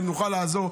אם אני נוכל לעזור,